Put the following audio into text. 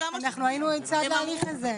אנחנו היינו צד לזה.